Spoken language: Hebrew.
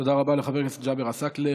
תודה רבה לחבר הכנסת ג'אבר עסאקלה.